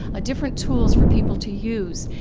different tools for people to use.